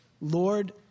Lord